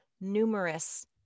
numerous